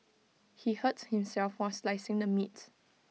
he hurt himself while slicing the meat